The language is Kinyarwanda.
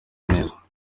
neza